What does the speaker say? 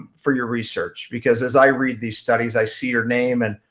for your research because, as i read these studies, i see your name and